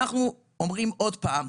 אנחנו אומרים עוד פעם,